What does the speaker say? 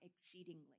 exceedingly